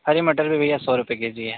हरे मटर भी भैया सौ रुपये के जी है